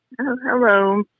Hello